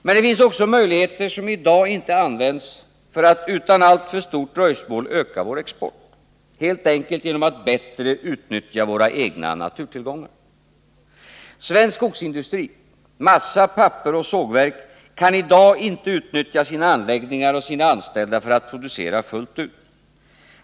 Men det finns också möjligheter som i dag inte används att utan alltför stort dröjsmål öka vår export, helt enkelt genom att bättre utnyttja våra egna naturtillgångar. Svensk skogsindustri— massa, papper och sågverk — kan i dag inte utnyttja sina anläggningar och sina anställda för att producera fullt ut.